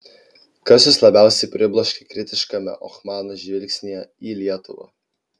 kas jus labiausiai pribloškė kritiškame ohmano žvilgsnyje į lietuvą